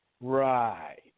Right